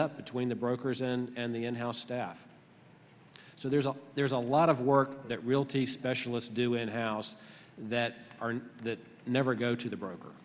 up between the brokers and the in house staff so there's a there's a lot of work that realty specialists do in house that aren't that never go to the broker